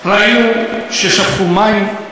ראינו ששפכו מים.